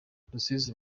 rusizi